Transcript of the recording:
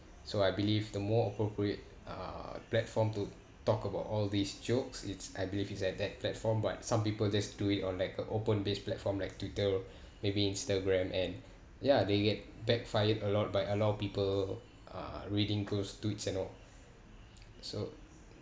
so I believe the more appropriate uh platform to talk about all these jokes it's I believe is at that platform but some people just do it on like a open base platform like twitter maybe instagram and ya they get backfired a lot by a lot of people uh reading those tweets and all so